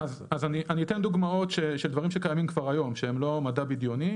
אז אני אתן דוגמאות של דברים שקיימים כבר היום שהם לא מדע בדיוני.